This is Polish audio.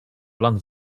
plan